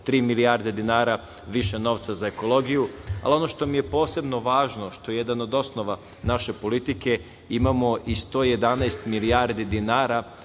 milijarde dinara više novca za ekologiju. Ono što mi je posebno važno, što je jedan od osnova naše politike, imamo i 111 milijardi dinara